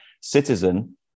Citizen